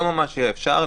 לא ממש אי-אפשר.